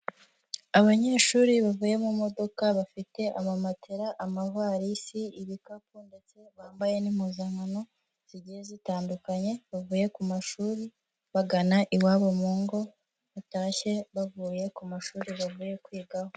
Abanyeshuri bavuye mu modoka bafite amamatera, amavalisi, ibikapu ndetse bambaye n'impuzankano zigiye zitandukanye. Bavuye ku mashuri bagana iwabo mu ngo batashye bavuye ku mashuri bavuye kwigaho.